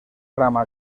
rama